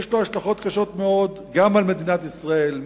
יש לו השלכות קשות מאוד גם על מדינת ישראל,